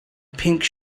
pink